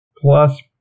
plus